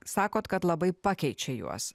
sakot kad labai pakeičia juos